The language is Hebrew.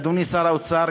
אדוני שר האוצר,